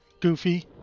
goofy